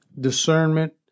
discernment